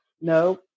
no